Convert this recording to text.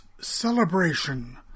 celebration